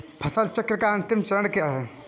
फसल चक्र का अंतिम चरण क्या है?